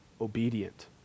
obedient